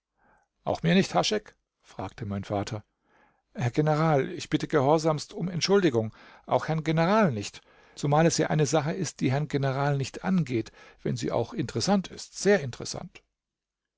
auch mir nicht haschek fragte mein vater herr general ich bitte gehorsamst um entschuldigung auch herrn general nicht zumal es ja eine sache ist die herrn general nicht angeht wenn sie auch interessant ist sehr interessant